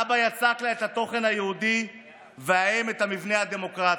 האבא יצק לה את התוכן היהודי והאם את המבנה הדמוקרטי.